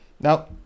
now